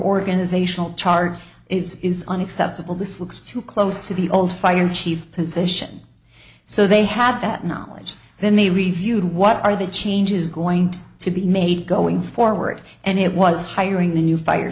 organizational chart is unacceptable this looks too close to the old fire chief position so they had that knowledge then they reviewed what are the changes going to be made going forward and it was hiring the new fire